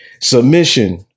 Submission